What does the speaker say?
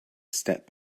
step